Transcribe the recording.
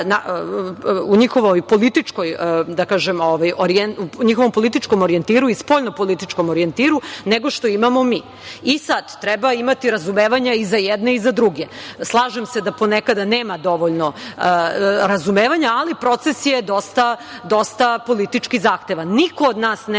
u njihovom političkom orijentiru i spoljnopolitičkom orijentiru nego što imamo mi. Sada treba imati razumevanja i za jedne i za druge. Slažem se da ponekada nema dovoljno razumevanja ali proces je dosta politički zahtevan. Niko od nas ne